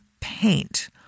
paint